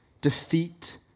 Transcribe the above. defeat